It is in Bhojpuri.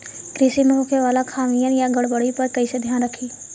कृषि में होखे वाला खामियन या गड़बड़ी पर कइसे ध्यान रखि?